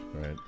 right